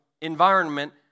environment